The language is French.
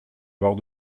bord